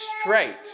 straight